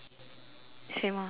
same ah hot pink